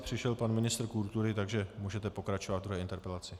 Přišel pan ministr kultury, takže můžete pokračovat ve druhé interpelaci.